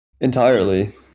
entirely